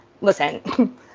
listen